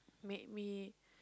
made me